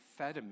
amphetamine